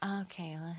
Okay